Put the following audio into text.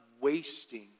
wasting